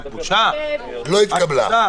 הצבעה